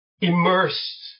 immersed